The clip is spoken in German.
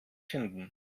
finden